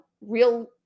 real